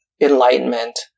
Enlightenment